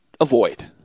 avoid